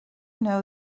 know